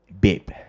babe